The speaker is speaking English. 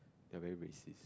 they're very racist